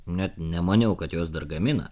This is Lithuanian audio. net nemaniau kad juos dar gamina